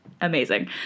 amazing